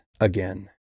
again